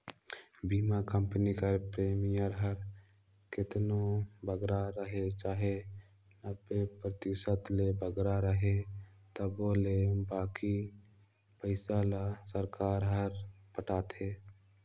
बीमा कंपनी कर प्रीमियम हर केतनो बगरा रहें चाहे नब्बे परतिसत ले बगरा रहे तबो ले बाकी पइसा ल सरकार हर पटाथे